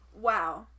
Wow